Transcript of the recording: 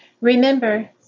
Remember